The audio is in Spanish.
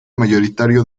mayoritario